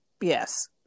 yes